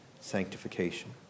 sanctification